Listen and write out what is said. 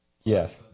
Yes